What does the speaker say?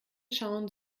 schauen